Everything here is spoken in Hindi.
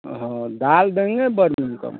हाँ दाल देंगे बड़ी इनकम